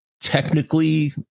technically